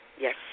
Yes